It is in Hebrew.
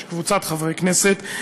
של קבוצת חברי הכנסת,